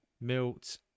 Milt